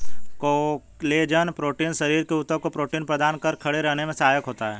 collagen protein शरीर के ऊतक को प्रोटीन प्रदान कर खड़े रहने में सहायक होता है